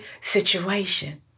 situation